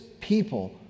people